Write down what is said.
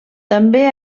també